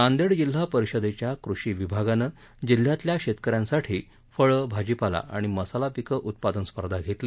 नांदेड जिल्हा परिषदेच्या कृषी विभागानं जिल्ह्यातल्या शेतकऱ्यांसाठी फळं भाजीपाला आणि मसाला पिकं उत्पादन स्पर्धा घेतली